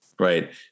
Right